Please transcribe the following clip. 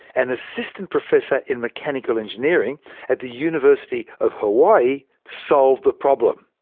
an assistant professor in mechanical engineering at the university of hawaii, solved the problem.